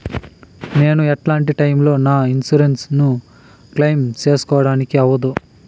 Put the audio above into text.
నేను ఎట్లాంటి టైములో నా ఇన్సూరెన్సు ను క్లెయిమ్ సేసుకోవడానికి అవ్వదు?